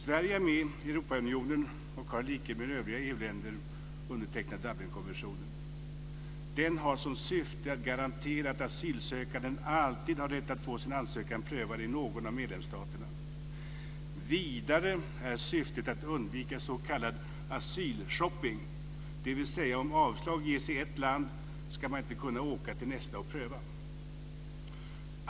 Sverige är med i Europeiska unionen och har i likhet med övriga EU-länder undertecknat Dublinkonventionen. Den har som syfte att garantera att asylsökande alltid har rätt att få sin ansökan prövad i någon av medlemsstaterna. Vidare är syftet att undvika s.k. asylshopping, dvs. att om avslag ges i ett land ska man inte kunna åka till nästa och pröva.